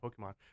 Pokemon